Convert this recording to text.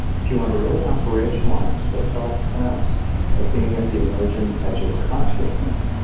if you want to really operationalize the felt sense of being at the emergent edge of consciousness,